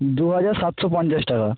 দুহাজার সাতশো পঞ্চাশ টাকা